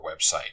website